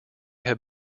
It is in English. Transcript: have